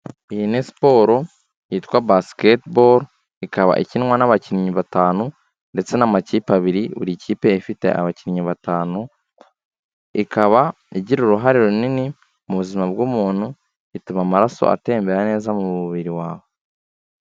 Iyi ni sporo yitwa basketball ikaba ikinwa n'abakinnyi batanu ndetse n'amakipe abiri buri kipe ifite abakinnyi batanu, ikaba igira uruhare runini mu buzima bw'umuntu, ituma amaraso atembera neza mu mubiri wawe.